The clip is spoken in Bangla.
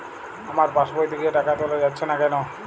আমার পাসবই থেকে টাকা তোলা যাচ্ছে না কেনো?